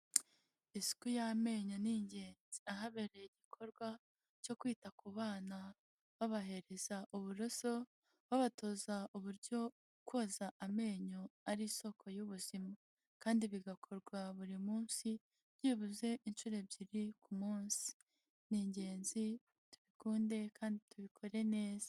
Isuku y'amenyo ni ingenzi. Ahabereye igikorwa cyo kwita ku bana babahereza uburoso babatoza uburyo koza amenyo ari isoko y'ubuzima kandi bigakorwa buri munsi byibuze inshuro ebyiri ku munsi. Ni ingenzi tubikunde kandi tubikore neza.